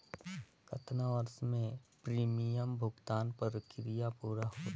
कतना वर्ष मे प्रीमियम भुगतान प्रक्रिया पूरा होही?